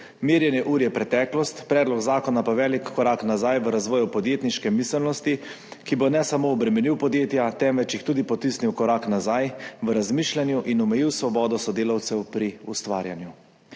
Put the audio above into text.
Merjenje ur je preteklost, predlog zakona pa velik korak nazaj v razvoju podjetniške miselnosti, ki bo ne samo obremenil podjetja, temveč jih tudi potisnil korak nazaj v razmišljanju in omejil svobodo sodelavcev pri ustvarjanju.«